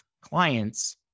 clients